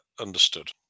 Understood